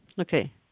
Okay